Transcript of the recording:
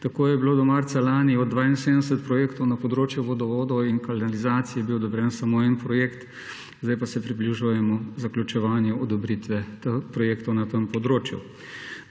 Tako je bil do marca lani od 72 projektov na področju vodovodov in kanalizacij odobren samo en projekt, zdaj pa se približujemo zaključevanju odobritev projektov na tem področju.